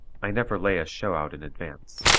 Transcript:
i never lay a show out in advance.